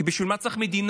כי בשביל מה צריך מדינה?